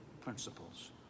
principles